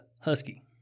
husky